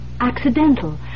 accidental